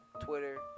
Twitter